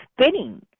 spinning